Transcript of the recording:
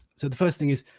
so the first thing is,